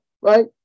right